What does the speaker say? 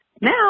now